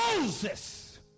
Moses